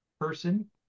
person